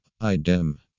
Idem